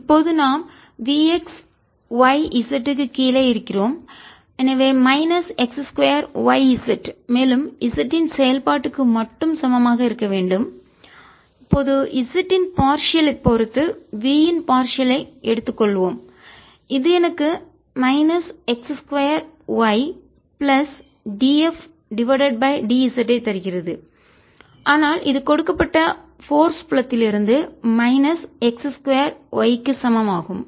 Vxyz x2yzfyz ∂V∂y x2z ∂f∂y x2z ∂f∂y0f≡f எனவே இப்போது நாம் V x y z க்கு கீழே இருக்கிறோம் எனவே மைனஸ் x 2 y z மேலும் z இன் செயல்பாடு க்கு மட்டும் சமமாக இருக்க வேண்டும் இப்போது z இன் பார்சியல் பகுதியைப் பொறுத்து v இன் பார்சியல் ஐ பகுதியை எடுத்துக் கொள்வோம் இது எனக்கு minus x 2 y plus d f divided by d z ஐ தருகிறது ஆனால் இது கொடுக்கப்பட்ட போர்ஸ் விசை புலத்திலிருந்து மைனஸ் x 2 y க்கு சமம் ஆகும்